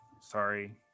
sorry